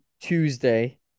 Tuesday